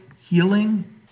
healing